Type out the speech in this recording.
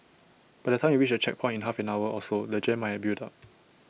by the time you reach the checkpoint in half an hour or so the jam might have built up